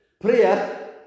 prayer